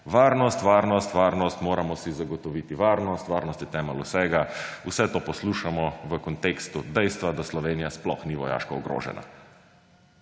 Varnost, varnost, varnost, moramo si zagotoviti varnost, varnost je temelj vsega ‒ vse to poslušamo v kontekstu dejstva, da Slovenija sploh ni vojaško ogrožena.